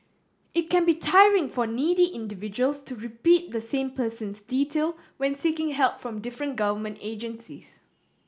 it can be tiring for needy individuals to repeat the same persons detail when seeking help from different government agencies